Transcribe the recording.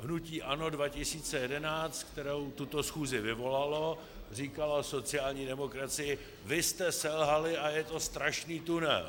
Hnutí ANO 2011, které tuto schůzi vyvolalo, říkalo sociální demokracii: vy jste selhali a je to strašný tunel.